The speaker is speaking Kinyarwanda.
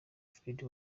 freddy